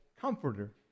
Comforter